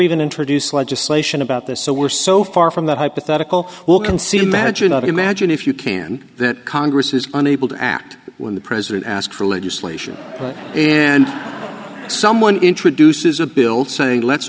even introduced legislation about this so we're so far from that hypothetical will concede imagine that imagine if you can that congress is unable to act when the president asks for legislation and someone introduces a bill saying let's